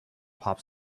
pop